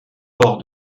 port